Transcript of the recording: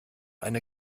eine